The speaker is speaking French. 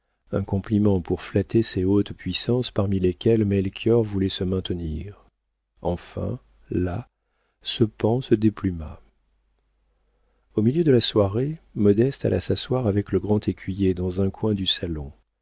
un compliment pour flatter ces hautes puissances parmi lesquelles melchior voulait se maintenir enfin là ce paon se dépluma au milieu de la soirée modeste alla s'asseoir avec le grand écuyer dans un coin du salon